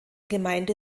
gemeinde